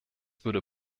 würde